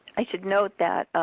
i should note that